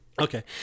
Okay